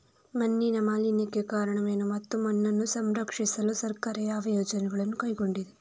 ಮಣ್ಣಿನ ಮಾಲಿನ್ಯಕ್ಕೆ ಕಾರಣವೇನು ಮತ್ತು ಮಣ್ಣನ್ನು ಸಂರಕ್ಷಿಸಲು ಸರ್ಕಾರ ಯಾವ ಯೋಜನೆಗಳನ್ನು ಕೈಗೊಂಡಿದೆ?